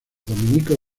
dominicos